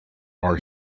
are